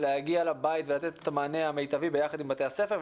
להגיע לבית ולתת את המענה המיטבי ביחד עם בתי הספר,